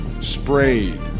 sprayed